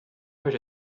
write